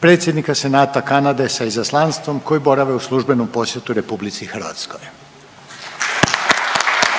predsjednika Senata Kanade sa izaslanstvom koji borave u službenom posjetu RH …/Pljesak/…. Sada